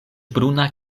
bruna